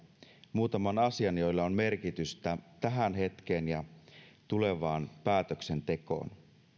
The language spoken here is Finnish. muutaman asian joilla on merkitystä tähän hetkeen ja tulevaan päätöksentekoon